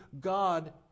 God